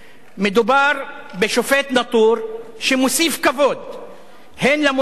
מדובר בשופט נאטור, שמוסיף כבוד הן למוסלמים,